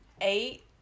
eight